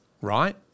right